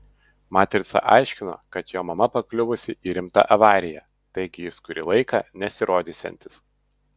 matrica aiškino kad jo mama pakliuvusi į rimtą avariją taigi jis kurį laiką nesirodysiantis